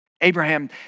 Abraham